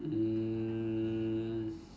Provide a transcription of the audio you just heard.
um